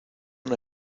una